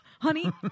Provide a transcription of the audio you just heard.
Honey